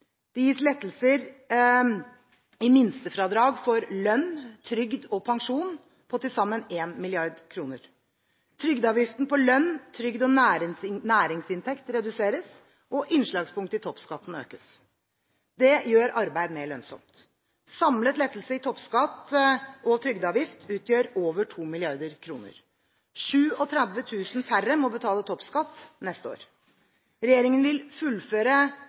Det gis lettelser i minstefradrag for lønn, trygd og pensjon på til sammen 1 mrd. kr. Trygdeavgiften på lønn, trygd og næringsinntekt reduseres, og innslagspunktet i toppskatten økes. Det gjør arbeid mer lønnsomt. Samlet lettelse i toppskatt og trygdeavgift utgjør over 2 mrd. kr. 37 000 færre må betale toppskatt neste år. Regjeringen vil fullføre